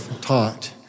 taught